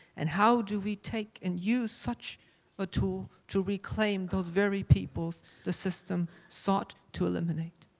and how do we take and use such a tool to reclaim those very peoples the system sought to eliminate?